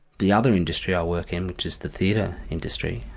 the other industry i work in, which is the theatre industry,